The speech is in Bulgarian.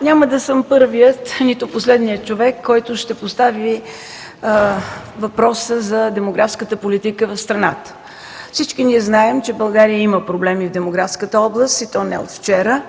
Няма да съм първият, нито последният човек, който ще постави въпроса за демографската политика в страната. Всички знаем, че България има проблеми в демографската област, и то не от вчера,